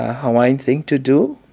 hawaiian thing to do.